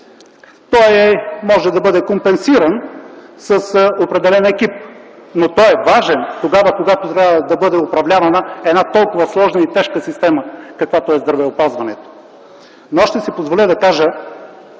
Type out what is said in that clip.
Той може да бъде компенсиран с определен екип, но той е важен, когато трябва да бъде управлявана една толкова сложна и тежка система, каквато е здравеопазването. Доктор Константинов, ще си позволя да кажа,